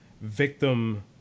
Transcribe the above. victim